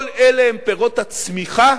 כל אלה הם פירות הצמיחה,